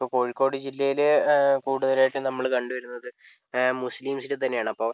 ഇപ്പോൾ കോഴിക്കോട് ജില്ലയിൽ കൂടുതലായിട്ടും നമ്മൾ കണ്ടുവരുന്നത് മുസ്ലിംസിനെ തന്നെയാണ് അപ്പോൾ